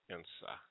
Ensa